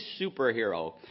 superhero